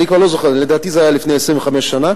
אני כבר לא זוכר, לדעתי זה היה לפני 25 שנה,